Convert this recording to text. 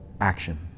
action